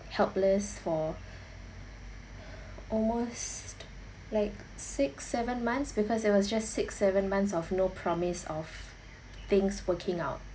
helpless for almost like six seven months because there was just six seven months of no promise of things working out